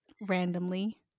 randomly